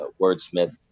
wordsmith